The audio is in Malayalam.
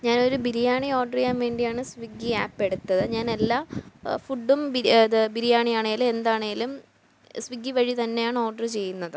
ഞാനൊരു ബിരിയാണീ ഓർഡർ ചെയ്യാൻ വേണ്ടിയാണ് സ്വിഗ്ഗി ആപ്പ് എടുത്തത് ഞാൻ എല്ലാ ഫുഡും ബി ഇത് ബിരിയാണിയാണെങ്കിലും എന്താണെങ്കിലും സ്വിഗ്ഗി വഴി തന്നെയാണ് ഓർഡർ ചെയ്യുന്നത്